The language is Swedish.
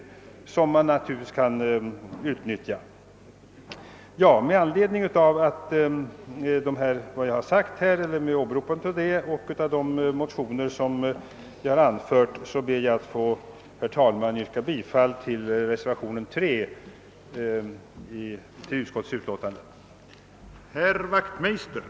Med åberopande av vad jag här anfört och av de motioner jag nämnt ber jag, herr talman, att få yrka bifall till reservationen III vid tredje lagutskottets utlåtande nr 45.